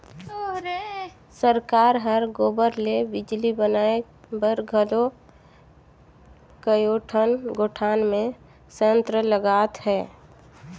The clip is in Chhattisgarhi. सरकार हर गोबर ले बिजली बनाए बर घलो कयोठन गोठान मे संयंत्र लगात हे